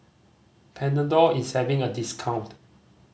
Panadol is having a discount